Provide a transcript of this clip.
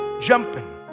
jumping